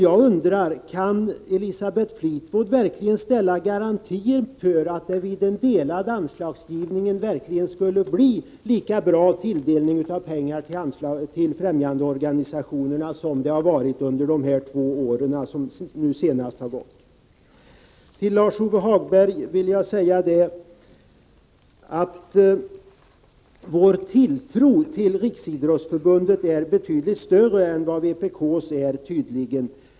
Jag undrar: Kan Elisabeth Fleetwood verkligen ställa garantier för att det vid delad anslagsgivning verkligen skulle bli lika bra tilldelning av pengar till främjandeorganisationerna som under de senaste två åren? Till Lars-Ove Hagberg vill jag säga att vår tilltro till Riksidrottsförbundet tydligen är betydligt större än vpk:s.